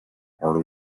are